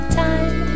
time